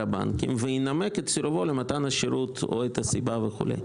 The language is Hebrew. הבנקים וינמק את סירובו למתן השירות או את הסיבה" וכולי.